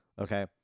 Okay